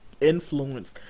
influence